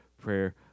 Prayer